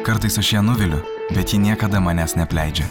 kartais aš ją nuviliu bet ji niekada manęs neapleidžia